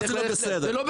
זה לא בסדר.